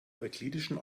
euklidischen